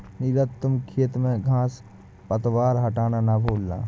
नीरज तुम खेत में घांस पतवार हटाना ना भूलना